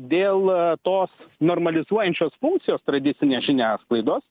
dėl tos normalizuojančios funkcijos tradicinės žiniasklaidos